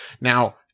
Now